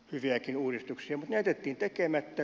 mutta ne jätettiin tekemättä